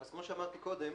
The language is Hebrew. כמו שאמרתי קודם,